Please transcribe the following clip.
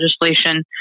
legislation